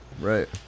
right